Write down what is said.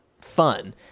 fun